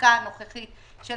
בחקיקה הנוכחית של